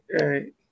right